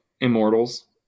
Immortals